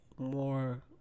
More